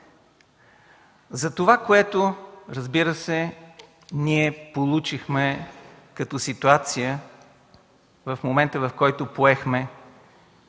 за това, което, разбира се, ние получихме като ситуация в момента, в който поехме